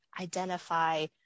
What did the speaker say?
identify